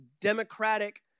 democratic